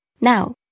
now